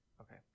Okay